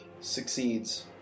Succeeds